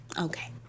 Okay